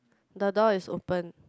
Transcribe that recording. the door is open